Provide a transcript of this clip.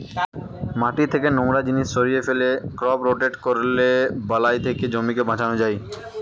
মাটি থেকে নোংরা জিনিস সরিয়ে ফেলে, ক্রপ রোটেট করলে বালাই থেকে জমিকে বাঁচানো যায়